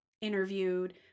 interviewed